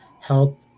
help